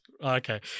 okay